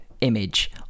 image